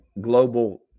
global